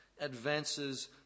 advances